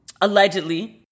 allegedly